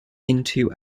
into